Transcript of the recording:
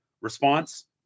response